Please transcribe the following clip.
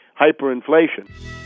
hyperinflation